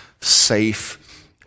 safe